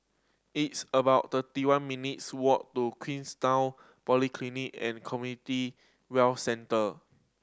it's about thirty one minutes' walk to Queenstown Polyclinic and Community Well Centre